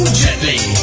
gently